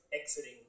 exiting